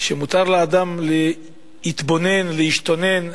שמותר לאדם להתבונן, להשתומם,